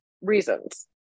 reasons